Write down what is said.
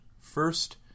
First